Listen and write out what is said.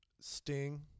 Sting